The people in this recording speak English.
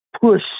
push